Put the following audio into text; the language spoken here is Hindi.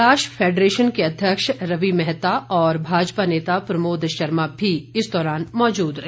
कैलाश फैडरेशन के अध्यक्ष रवि मैहता और भाजपा नेता प्रमोद शर्मा भी इस दौरान मौजूद रहे